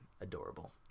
adorable